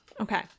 Okay